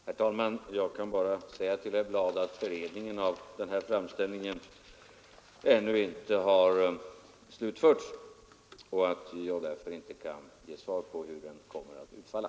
Herr talman! Jag kan bara säga till herr Bladh att beredningen av överstyrelsens framställning ännu inte har slutförts. Därför kan jag inte ge svar på hur den kommer att utfalla.